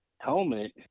helmet